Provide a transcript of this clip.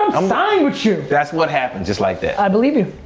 i'm signed with you that's what happened, just like that. i believe you!